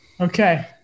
Okay